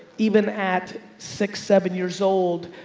even at six seven years old,